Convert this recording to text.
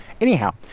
anyhow